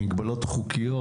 הן מגבלות חוקיות,